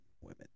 women